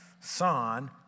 son